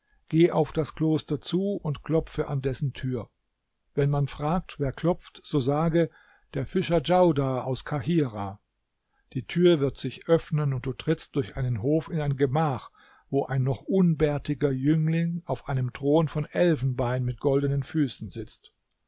geh auf das kloster zu und klopfe an dessen tür wenn man fragt wer klopft so sage der fischer djaudar aus kahira die tür wird sich öffnen und du trittst durch einen hof in ein gemach wo ein noch unbärtiger jüngling auf einem thron von elfenbein mit goldenen füßen sitzt